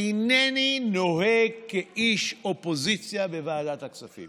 אינני נוהג כאיש אופוזיציה בוועדת הכספים